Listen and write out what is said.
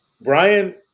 Brian